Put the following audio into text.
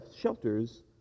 shelters